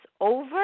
over